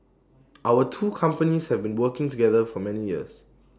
our two companies have been working together for many years